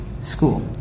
school